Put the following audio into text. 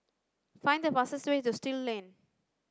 find the fastest way to Still Lane